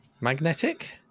magnetic